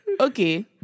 Okay